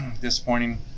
disappointing